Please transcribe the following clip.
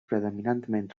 predominantment